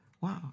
wow